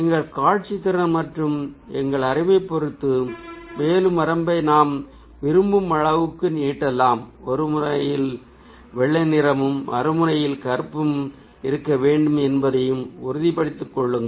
எங்கள் காட்சி திறன் மற்றும் எங்கள் அறிவைப் பொறுத்து மேலும் வரம்பை நாம் விரும்பும் அளவுக்கு நீட்டலாம் ஒரு முனையில் வெள்ளை நிறமும் மறு முனையில் கருப்பு இருக்க வேண்டும் என்பதையும் உறுதிப்படுத்திக் கொள்ளுங்கள்